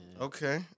Okay